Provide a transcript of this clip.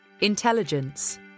Intelligence